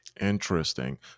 Interesting